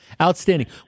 outstanding